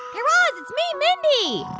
guy raz, it's me, mindy.